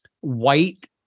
white